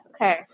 Okay